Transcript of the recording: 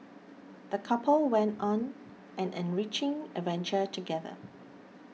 the couple went on an enriching adventure together